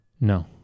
No